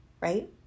Right